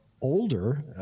older